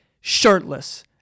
shirtless